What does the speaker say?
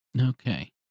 Okay